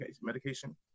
medication